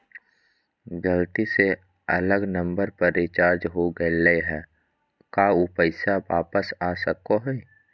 गलती से अलग नंबर पर रिचार्ज हो गेलै है का ऊ पैसा वापस आ सको है?